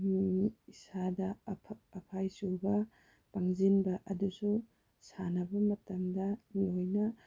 ꯏꯁꯥꯗ ꯑꯐꯛ ꯑꯐꯥꯏ ꯆꯨꯕ ꯄꯪꯁꯤꯟꯕ ꯑꯗꯨꯁꯨ ꯁꯥꯟꯅꯕ ꯃꯇꯝꯗ ꯂꯣꯏꯅ